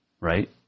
Right